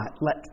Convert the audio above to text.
let